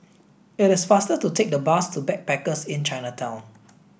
it is faster to take the bus to Backpackers Inn Chinatown